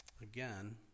again